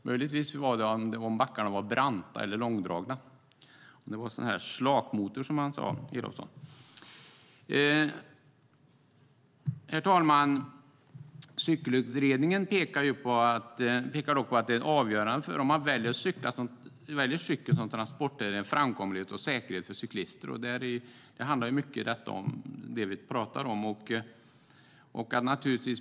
Möjligtvis är det en faktor om backarna är branta eller långdragna - om det är "slakmotor", som Elofsson sa. Herr talman! Cykelutredningen pekar dock på att det avgörande för om man väljer cykel som transportsätt är framkomlighet och säkerhet för cyklister. Det vi talar om handlar ju mycket om detta.